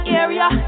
area